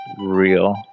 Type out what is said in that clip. real